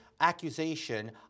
accusation